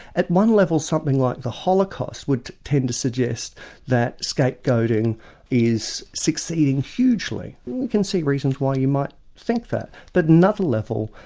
at one level, something like the holocaust would tend to suggest that scapegoating is succeeding hugely. you can see reasons why you might think that, but at another level,